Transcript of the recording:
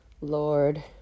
Lord